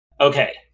okay